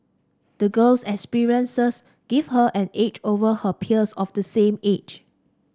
the girl's experiences gave her an edge over her peers of the same age